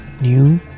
new